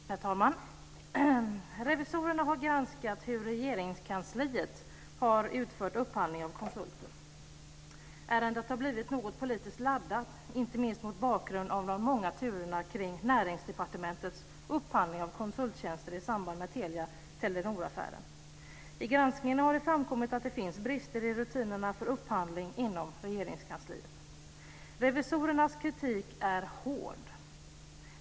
Herr talman! Riksdagens revisorer har granskat hur Regeringskansliet har utfört upphandlingen av konsulter. Ärendet har blivit något politiskt laddat, inte minst mot bakgrund av de många turerna kring Näringsdepartementets upphandling av konsulttjänster i samband med Telia-Telenor-affären. Vid granskningen har det framkommit att det finns brister i rutinerna för upphandling inom Regeringskansliet. Revisorernas kritik är hård.